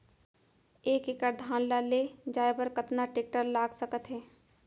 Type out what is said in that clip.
एक एकड़ धान ल ले जाये बर कतना टेकटर लाग सकत हे?